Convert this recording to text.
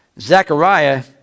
Zechariah